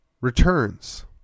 returns